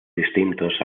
distintos